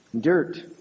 Dirt